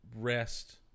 rest